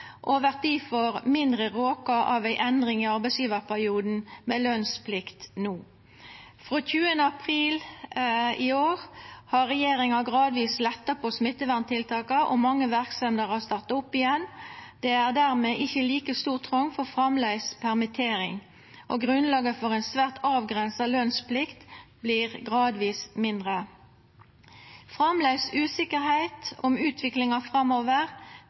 og vert difor mindre råka av ei endring i arbeidsgjevarperioden med lønsplikt no. Frå 20. april i år har regjeringa gradvis letta på smitteverntiltaka, og mange verksemder har starta opp igjen. Det er dermed ikkje like stor trong for framleis permittering, og grunnlaget for ei svært avgrensa lønsplikt vert gradvis mindre. Framleis usikkerheit om utviklinga framover